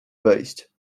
wejść